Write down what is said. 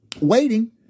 waiting